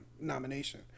nomination